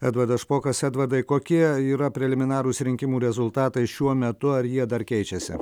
edvardas špokas edvardai kokie yra preliminarūs rinkimų rezultatai šiuo metu ar jie dar keičiasi